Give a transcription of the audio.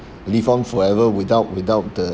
live on forever without without the